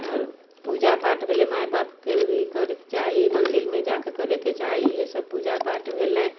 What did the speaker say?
आओर पूजा पाठ भेलै माइबापके भी करैके चाही मन्दिरमे जाके करैके चाही इएहसब पूजा पाठ भेलै